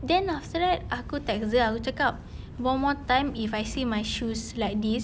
then after that aku text dia aku cakap one more time if I see my shoes like this